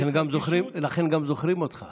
לכן גם זוכרים אותך.